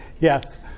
yes